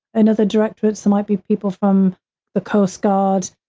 and other directorates that might be people from the coast guard,